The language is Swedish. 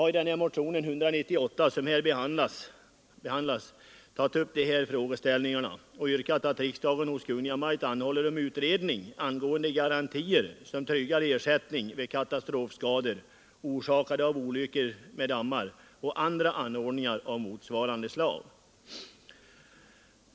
Jag har i motionen 198, som här behandlas, tagit upp de här frågeställningarna och yrkat att riksdagen hos Kungl. Maj:t anhåller om utredning angående garantier som tryggar ersättning vid katastrofskador, orsakade av olyckor med dammar och andra anordningar av motsvarande slag.